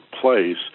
place